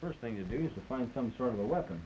first thing to do is the find some sort of a weapon